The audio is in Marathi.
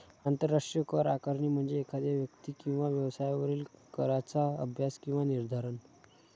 आंतरराष्ट्रीय कर आकारणी म्हणजे एखाद्या व्यक्ती किंवा व्यवसायावरील कराचा अभ्यास किंवा निर्धारण